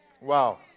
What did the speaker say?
Wow